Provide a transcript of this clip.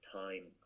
time